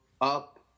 up